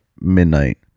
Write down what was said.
midnight